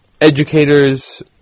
educators